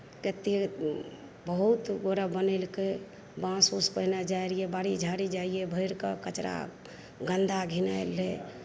कतेक बहुत गोटा बनैलकै बांँस ओस पहिने जाए रहियै बारी झाड़ी जाइयै भरि कऽ कचरा गंदा घिनाएल रहै